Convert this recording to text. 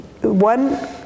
one